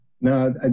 no